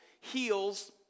heals